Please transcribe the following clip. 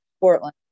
Portland